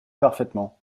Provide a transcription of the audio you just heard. parfaitement